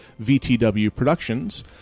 vtwproductions